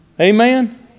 Amen